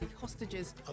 hostages